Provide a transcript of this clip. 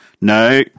No